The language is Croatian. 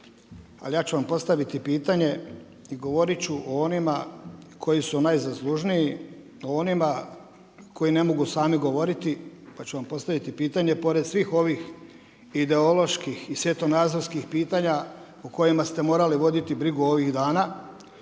ali ja ću vam postaviti pitanje i govoriti ću o onima koji su najzaslužniji, o onima koji ne mogu sami govori. Pa ću vam postaviti pitanje pored svih ovih ideoloških i svjetonazorskih pitanja o kojima ste morali voditi brigu ovih dana